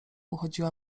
uchodziła